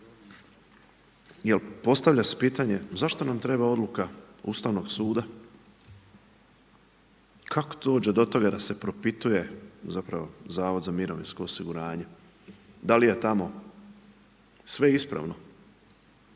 postavlja se pitanje zašto nam treba odluka Ustavnog suda? Kako dođe do toga da se propituje zapravo Zavod za mirovinsko osiguranje? Da li je tamo sve ispravno?